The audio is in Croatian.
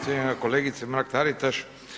Cijenjena kolegice Mrak-Taritaš.